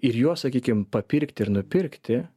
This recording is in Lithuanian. ir juos sakykim papirkti ir nupirkti